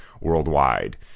worldwide